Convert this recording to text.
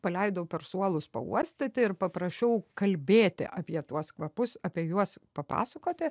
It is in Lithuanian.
paleidau per suolus pauostyti ir paprašiau kalbėti apie tuos kvapus apie juos papasakoti